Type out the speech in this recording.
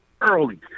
early